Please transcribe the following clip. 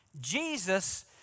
Jesus